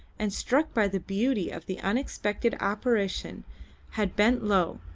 and struck by the beauty of the unexpected apparition had bent low,